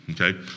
okay